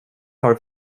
har